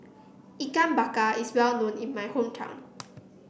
Ikan Bakar is well known in my hometown